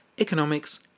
Economics